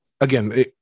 again